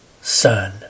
son